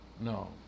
no